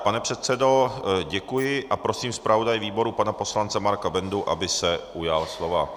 Pane předsedo, děkuji a prosím zpravodaje výboru pana poslance Marka Bendu, aby se ujal slova.